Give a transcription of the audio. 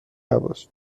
نباش